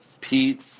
Pete